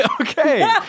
Okay